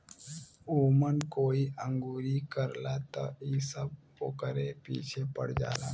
ओमन कोई अंगुरी करला त इ सब ओकरे पीछे पड़ जालन